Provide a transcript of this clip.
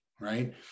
right